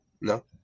no